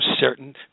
certain